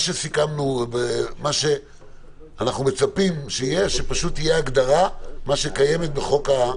אנחנו מצפים שתהיה הגדרה כפי שקיימת בחוק.